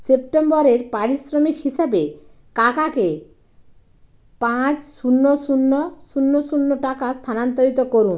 সেপ্টেম্বরের পারিশ্রমিক হিসাবে কাকাকে পাঁচ শূন্য শূন্য শূন্য শূন্য টাকা স্থানান্তরিত করুন